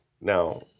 Now